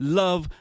love